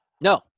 No